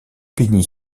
peignit